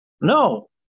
No